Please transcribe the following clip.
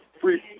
Free